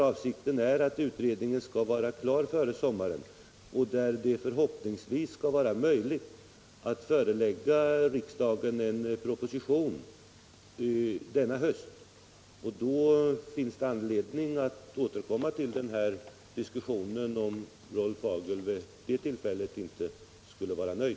Avsikten är att utredningen skall vara klar före sommaren, och förhoppningsvis blir det möjligt att förelägga riksdagen en proposition till hösten. Då kommer det att finnas anledning att återkomma till den här diskussionen, om Rolf Hagel vid det tillfället inte skulle vara nöjd.